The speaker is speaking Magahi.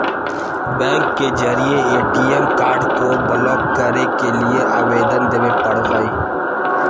बैंक के जरिए ए.टी.एम कार्ड को ब्लॉक करे के लिए आवेदन देबे पड़ो हइ